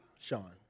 Sean